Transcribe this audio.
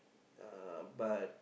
uh but